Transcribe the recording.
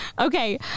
okay